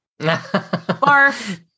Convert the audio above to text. Barf